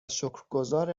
شکرگزار